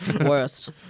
Worst